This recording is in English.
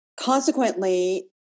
consequently